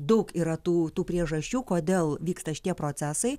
daug yra tų tų priežasčių kodėl vyksta šitie procesai